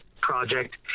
project